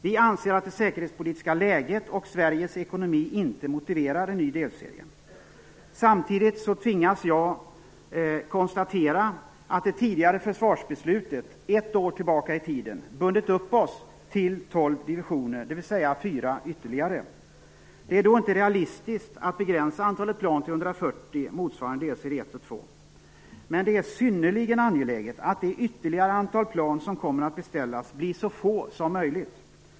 Vi anser att det säkerhetspolitiska läget och Sveriges ekonomi inte motiverar en ny delserie. Samtidigt tvingas jag konstatera att det tidigare försvarsbeslutet - det ligger ett år tillbaka i tiden - bundit upp oss till tolv divisioner, dvs. fyra ytterligare. Då är det inte realistiskt att begränsa antalet plan till 140, motsvarande delserie 1 och 2. Men det är synnerligen angeläget att det ytterligare antal plan som kommer att beställas blir så litet som möjligt.